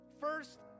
first